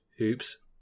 Oops